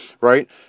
right